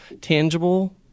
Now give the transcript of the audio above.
tangible